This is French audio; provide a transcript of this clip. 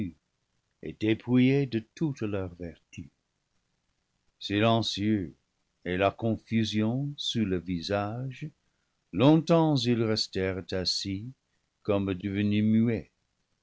dépouillés de toute leur vertu silencieux et la confusion sur le visage longtemps ils restèrent assis comme devenus muets